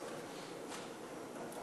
(תיקוני חקיקה),